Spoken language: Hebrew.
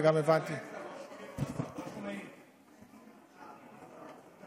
לא שומעים אותך.